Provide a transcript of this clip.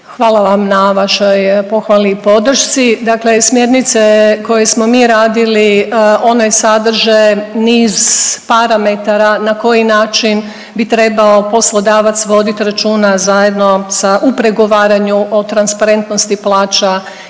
Hvala vam na vašoj pohvali i podršci. Dakle smjernice koje smo mi radili, one sadrže niz parametara na koji način bi trebao poslodavac vodit računa zajedno sa, u pregovaranju o transparentnosti plaća